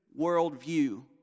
worldview